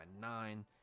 nine